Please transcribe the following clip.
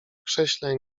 krześle